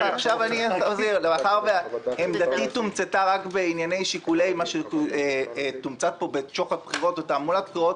מאחר ועמדתי תומצתה רק בשיקולי שוחד בחירות ותעמולת בחירות